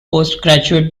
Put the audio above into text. postgraduate